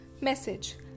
Message